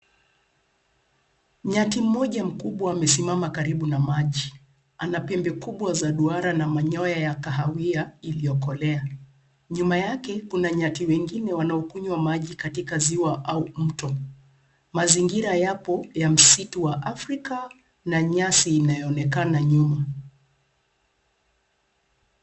Nyati mmoja mkubwa amesimama karibu na maji. Anapembe kubwa za duara na manyoya ya kahawia iliyo kolea. Nyuma yake kuna nyati wengine wanaokunywa maji katika ziwa au mto. Mazingira yapo ya msitu wa Afrika na nyasi inayoonekana nyuma.